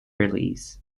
release